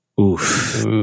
Oof